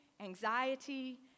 Anxiety